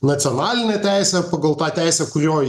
nacionalinę teisę pagal tą teisę kurioj